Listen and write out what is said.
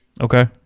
Okay